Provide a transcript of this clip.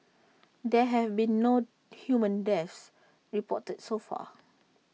there have been no human deaths reported so far